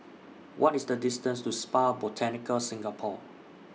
What IS The distance to Spa Botanica Singapore